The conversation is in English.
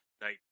night